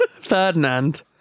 Ferdinand